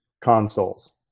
consoles